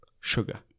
sugar